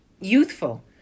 youthful